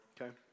okay